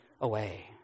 away